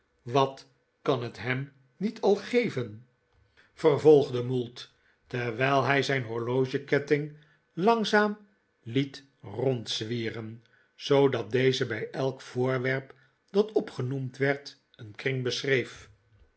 wat kan het hem niet al geven vervolgde maarten chuzzlewit mould terwijl hij zijn horlogeketting langzaam liet rondzwieren zoodat deze bij elk voorwerp dat opgenoemd werd een kring beschreef